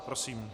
Prosím.